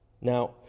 Now